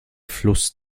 fluss